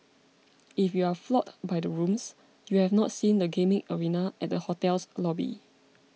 if you're floored by the rooms you have not seen the gaming arena at the hotel's lobby